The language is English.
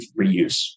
reuse